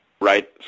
right